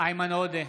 איימן עודה,